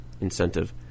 incentive